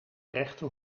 rechte